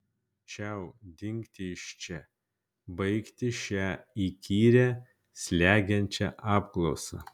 čiau dingti iš čia baigti šią įkyrią slegiančią apklausą